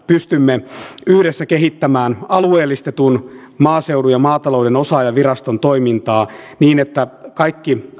pystymme yhdessä kehittämään alueellistetun maaseudun ja maatalouden osaa ja viraston toimintaa niin että kaikki